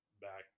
back